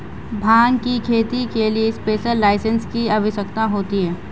भांग की खेती के लिए स्पेशल लाइसेंस की आवश्यकता होती है